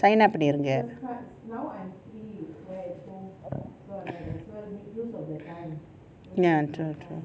sign up பண்ணிருங்க:pannirunga ya true true